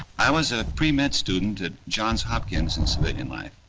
i was a pre-med student at johns hopkins in civilian life.